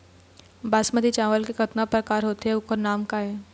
बासमती चावल के कतना प्रकार होथे अउ ओकर नाम क हवे?